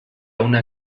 una